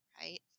right